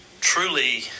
truly